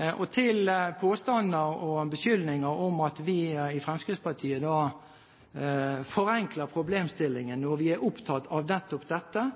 det gjelder påstander og beskyldninger om at vi i Fremskrittspartiet forenkler problemstillingen når vi er opptatt av nettopp dette,